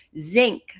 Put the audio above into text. zinc